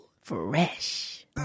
Fresh